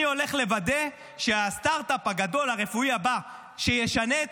אני הולך לוודא שהסטרטאפ הגדול הרפואי הבא שישנה את